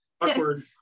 Awkward